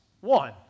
one